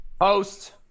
Host